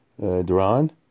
Duran